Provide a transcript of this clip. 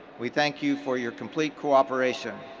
we thank you for your complete cooperation.